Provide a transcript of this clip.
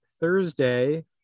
Thursday